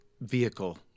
vehicle